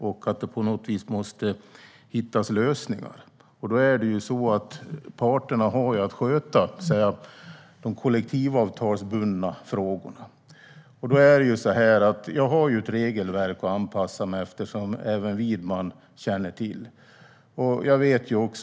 Lösningar måste hittas på något vis. Det är på det sättet att det är parterna som ska sköta de kollektivavtalsbundna frågorna. Jag har ett regelverk att anpassa mig efter, vilket Widman känner till.